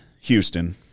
Houston